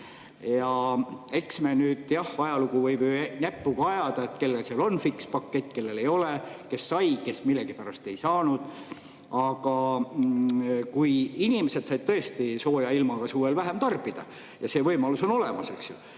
Ja eks nüüd, jah, võib näpuga ajaloos [järge] ajada, kellel on fikspakett, kellel ei ole, kes sai, kes millegipärast ei saanud. Aga kui inimesed said tõesti sooja ilmaga suvel vähem tarbida, see võimalus on olemas, eks ju,